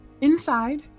inside